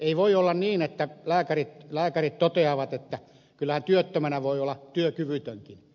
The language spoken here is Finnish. ei voi olla niin että lääkärit toteavat että kyllähän työttömänä voi olla työkyvytönkin